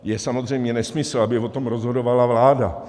Je samozřejmě nesmysl, aby o tom rozhodovala vláda.